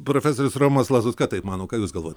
profesorius romas lazutka taip mano ką jūs galvojat